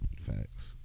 Facts